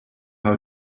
how